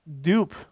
Dupe